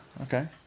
okay